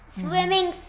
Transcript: swimming